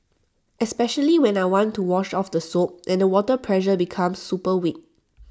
especially when I want to wash off the soap and the water pressure becomes super weak